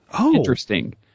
interesting